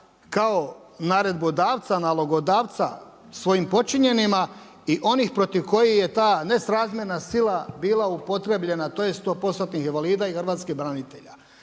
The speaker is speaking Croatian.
kao naredbodavca, nalogodavca svojim počinjenima i onih protiv koji je ta nesrazmjerna sila bila upotrjebljena tj. 100%-tih invalida i hrvatskih branitelja.